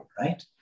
right